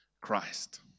Christ